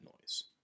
noise